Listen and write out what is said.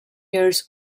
years